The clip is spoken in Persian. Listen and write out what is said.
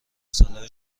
صلاح